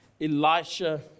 Elisha